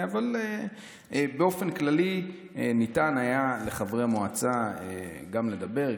באופן כללי ניתן היה לחברי המועצה גם לדבר,